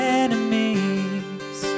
enemies